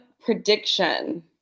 prediction